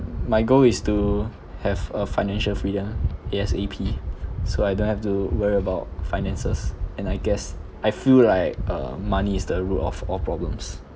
my goal is to have a financial freedom A_S_A_P so I don't have to worry about finances and I guess I feel like uh money is the root of all problems